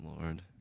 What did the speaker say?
lord